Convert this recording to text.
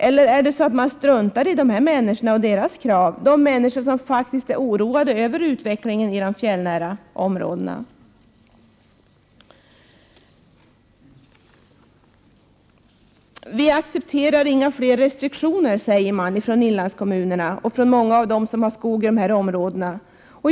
Eller är det så att man struntar i de människor som är oroade över utvecklingen? Vi accepterar inga fler restriktioner, säger inlandskommunerna och många av dem som har skog i de här områdena.